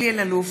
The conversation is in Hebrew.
אלהרר,